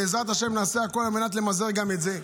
בעזרת השם, נעשה הכול על מנת למזער גם את זה.